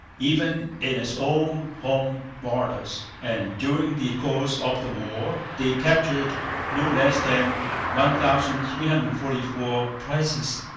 even in its own home waters and during the course of the war they captured no less than one thousand three hundred and forty four prizes.